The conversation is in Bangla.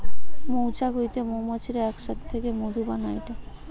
মৌচাক হইতে মৌমাছিরা এক সাথে থেকে মধু বানাইটে